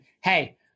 hey